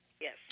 Yes